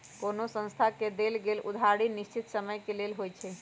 कोनो संस्था से देल गेल उधारी निश्चित समय के लेल होइ छइ